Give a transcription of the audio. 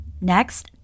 Next